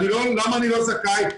למה אני לא זכאי,